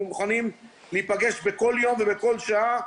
אנחנו מוכנים להיפגש בכל יום ובכל שעה,